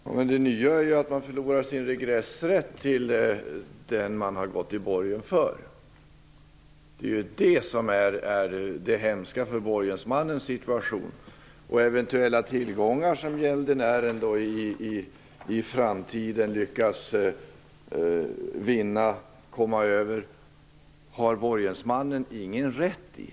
Herr talman! Det nya är att man förlorar sin regressrätt till den man har gått i borgen för. Det är det hemska i borgensmannens situation. Eventuella tillgångar som gäldenären i framtiden lyckas komma över har borgensmannen ingen rätt i.